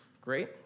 great